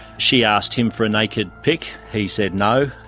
she asked him for a naked pic, he said no,